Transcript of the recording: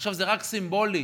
עכשיו, זה רק סימבולי